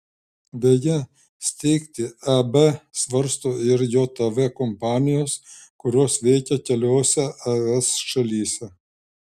beje steigti eb svarsto ir jav kompanijos kurios veikia keliose es šalyse